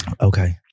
Okay